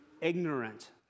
ignorant